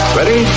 Ready